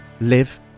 live